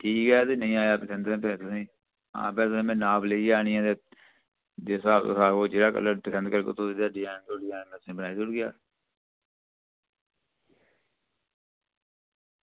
ठीक ऐ ते नेईं आया पसंद तुसेंगी ते आं में नाप लेइयै आह्नियै ते जेह्ड़ा कलर ते डिजाईन पसंद करगे ते बनाई देई ओड़गे